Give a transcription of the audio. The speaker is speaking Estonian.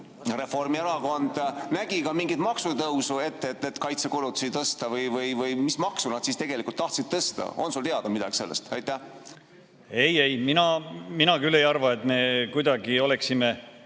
Reformierakond nägi selleks ka mingit maksutõusu ette, et kaitsekulutusi tõsta, või mis maksu nad tegelikult tahtsid tõsta. On sul teada midagi sellest? Ei-ei, mina küll ei arva, et me kuidagi oleksime